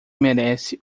merece